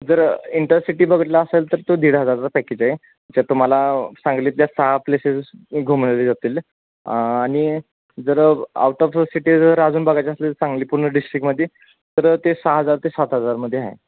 जर इंटरसिटी बघितला असेल तर तो दीड हजाराचा पॅकेज आहे जर तुम्हाला सांगलीतल्या सहा प्लेसेस घुमवले जातील आणि जर आउट ऑफ सिटी जर अजून बघायचे असेल सांगली पूर्ण डिस्ट्रिक्टमध्ये तर ते सहा हजार ते सात हजारमध्ये आहे